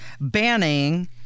banning